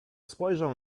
spojrzę